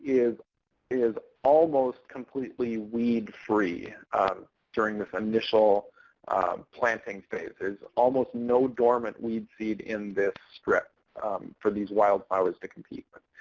is is almost completely weed-free during this initial planting phase. there's almost no dormant weed seed in this strip for these wildflowers to compete with.